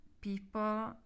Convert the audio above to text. people